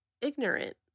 ignorant